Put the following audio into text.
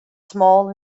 small